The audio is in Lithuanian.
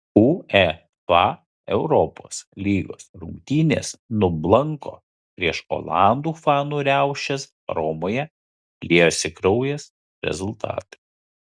uefa europos lygos rungtynės nublanko prieš olandų fanų riaušes romoje liejosi kraujas rezultatai